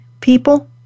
people